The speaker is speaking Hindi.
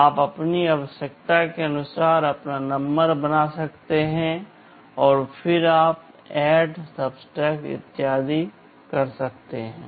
आप अपनी आवश्यकता के अनुसार अपना नंबर बना सकते हैं और फिर आप ADD SUB इत्यादि कर सकते हैं